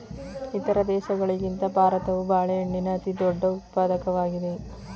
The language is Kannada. ಇತರ ದೇಶಗಳಿಗಿಂತ ಭಾರತವು ಬಾಳೆಹಣ್ಣಿನ ಅತಿದೊಡ್ಡ ಉತ್ಪಾದಕವಾಗಿದೆ